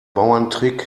bauerntrick